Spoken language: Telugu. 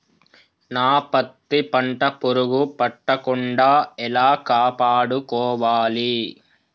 నా పత్తి పంట పురుగు పట్టకుండా ఎలా కాపాడుకోవాలి?